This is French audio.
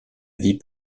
vie